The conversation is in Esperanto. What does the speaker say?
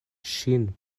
ŝin